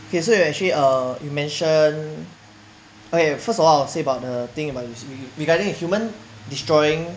okay so you actually uh you mention okay first of all I'll say about the thing about regarding human destroying